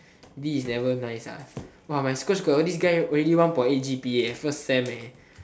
D is never nice ah !wah! my school got hor this guy already one point eight g_p_a eh first sem eh